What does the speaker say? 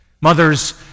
Mothers